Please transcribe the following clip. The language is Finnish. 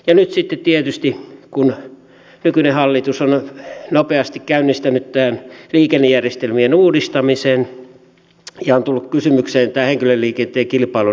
ja nyt sitten tietysti nykyinen hallitus on nopeasti käynnistänyt tämän liikennejärjestelmien uudistamisen ja on tullut kysymykseen tämä henkilöliikenteen kilpailun avaaminen